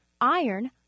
iron